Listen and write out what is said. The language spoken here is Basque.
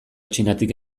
txinatik